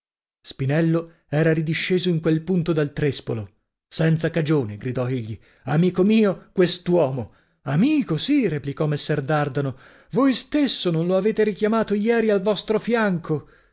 spinello era ridisceso in quel punto dal trèspolo senza cagione gridò egli amico mio quest'uomo amico sì replicò messer dardano voi stesso non lo avete richiamato ieri al vostro fianco